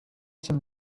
some